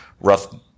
rough